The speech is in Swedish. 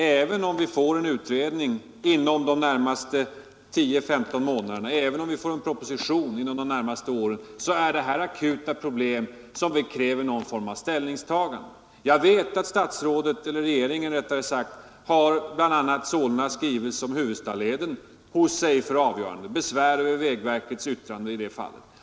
Även om utredningen blir klar inom de närmaste 10—15 månaderna och även om en proposition läggs fram inom de närmaste åren är dessa problem just nu akuta och kräver någon form av ställningstagande, Jag vet att regeringen har hos sig för avgörande bl.a. Solnas skrivelse med besvär över vägverkets yttrande om Huvudstaleden.